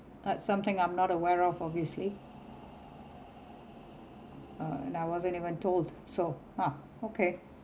had something I'm not aware of obviously uh and I wasn't even told so ah okay